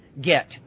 get